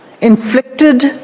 inflicted